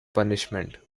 punishment